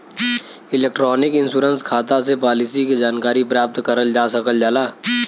electronic insurance खाता से policy के जानकारी प्राप्त करल जा सकल जाला